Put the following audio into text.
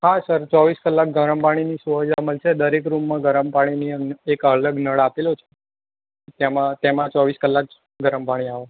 હા સર ચોવીસ કલાક ગરમ પાણીની સુવિધા મળશે દરેક રૂમમાં ગરમ પાણીની એક અલગ નળ આપેલો છે તેમાં તેમાં ચોવીસ કલાક ગરમ પાણી આવે